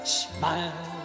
smile